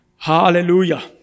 Hallelujah